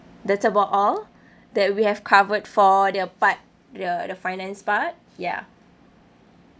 that's about all that we have covered for the part the the finance part ya